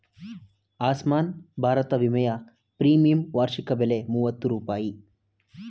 ಆಸ್ಮಾನ್ ಭಾರತ ವಿಮೆಯ ಪ್ರೀಮಿಯಂ ವಾರ್ಷಿಕ ಬೆಲೆ ಮೂವತ್ತು ರೂಪಾಯಿ